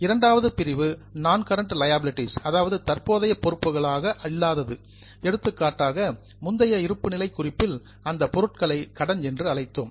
இரண்டாவது பிரிவு நான் கரெண்ட் லியாபிலிடீஸ் தற்போதைய பொறுப்புகளாக இல்லாதது எடுத்துக்காட்டாக முந்தைய இருப்புநிலை குறிப்பில் உள்ள அந்த பொருளை கடன் என்று அழைத்தோம்